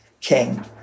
king